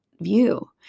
view